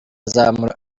azamukana